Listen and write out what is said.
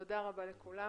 תודה רבה לכולם.